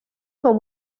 com